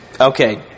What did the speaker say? Okay